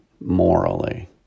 morally